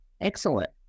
Excellent